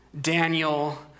Daniel